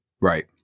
right